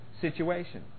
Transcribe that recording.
situation